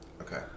Okay